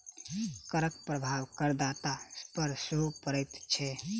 करक प्रभाव करदाता पर सेहो पड़ैत छै